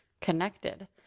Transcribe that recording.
connected